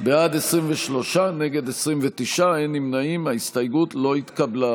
כהן, עפר שלח, אורנה ברביבאי, קארין אלהרר,